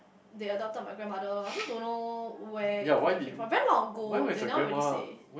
they adopted my grandmother loh I also don't know where they came from it very long ago they now rarely say